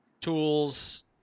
tools